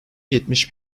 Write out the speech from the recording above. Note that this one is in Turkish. yetmiş